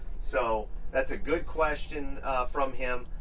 so that's a good question from him.